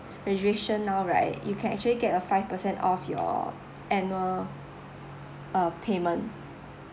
registration now right you can actually get a five per cent off your annual uh payment